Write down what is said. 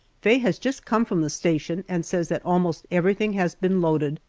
faye has just come from the station and says that almost everything has been loaded,